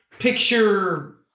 Picture